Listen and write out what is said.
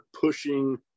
pushing